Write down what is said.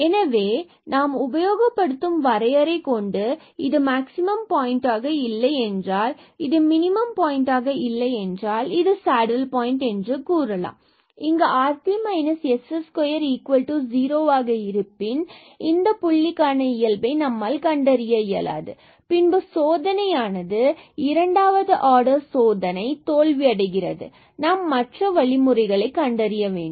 எனவே நாம் உபயோகப்படுத்தும் வரையறையை கொண்டு இது மேக்ஸிமம் பாயிண்டாக இல்லை என்றால் இது மினிமம் பாயிண்டாக இல்லை என்றால் இது சேடில் பாயின்ட் என கண்டறிய இயலும் மற்றும் இங்கு இது rt s2 0 ஆக இருப்பின் இந்த நிலையில் இதை இந்த புள்ளிக்கான இயல்பை நம்மால் கண்டறிய இயலாது மற்றும் பின்பு இந்த சோதனையானது அதாவது இரண்டாவது ஆர்டர் சோதனை தோல்வி அடைகிறது மேலும் நாம் மற்ற வழிமுறைகளை கண்டறிய வேண்டும்